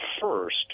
first